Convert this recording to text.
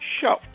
Show